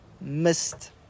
missed